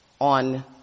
on